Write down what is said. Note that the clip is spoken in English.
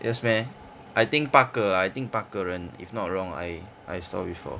yes meh I think 八个 ah I think 八个人 if not wrong I I saw before